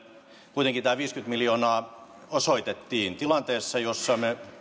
kuitenkin tämä viisikymmentä miljoonaa osoitettiin tilanteessa